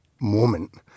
moment